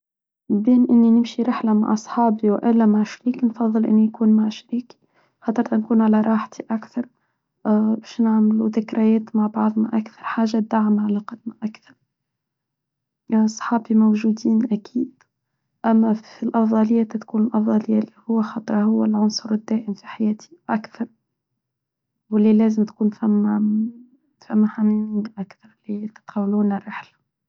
بين إني نمشي رحلة مع أصحابي وإلا مع شريك نفضل أن يكون مع شريك حتى نكون على راحته أكثر باش نعملوا ذكريات مع بعضنا أكثر حاجة دعم علاقتنا أكثر أصحابي موجودين أكيد أما في الأفضلية تتكون الأفضلية اللي هو خطرة هو العنصر الدائم في حياتي أكثر وليه لازم تكون ثم حميمي أكثر ليه تقولون الرحلة.